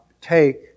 take